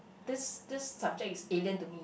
this this subject is alien to me